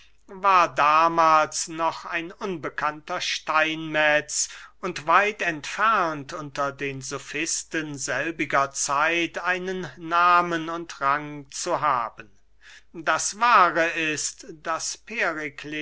war damahls noch ein unbekannter steinmetz und weit entfernt unter den sofisten selbiger zeit einen nahmen und rang zu haben das wahre ist daß